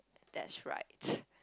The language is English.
that's right